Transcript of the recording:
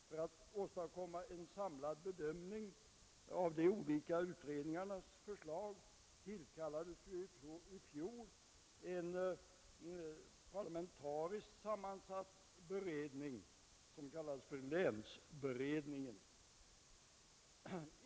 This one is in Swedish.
För att åstadkomma en samlad bedömning av de olika utredningarnas förslag tillkallades i fjol en parlamentariskt sammansatt beredning, länsberedningen.